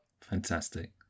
Fantastic